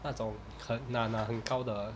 那种很拿拿很高的